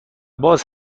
باز